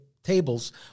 Tables